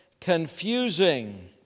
confusing